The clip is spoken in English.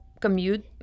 commute